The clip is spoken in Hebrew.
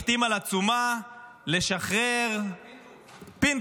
החתים על עצומה לשחרר --- פינדרוס.